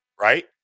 right